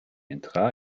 entrar